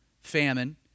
famine